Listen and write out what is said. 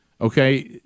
okay